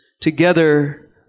together